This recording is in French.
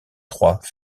trois